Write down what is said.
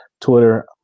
twitter